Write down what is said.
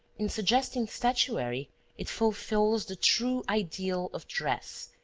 in suggesting statuary it fulfils the true ideal of dress,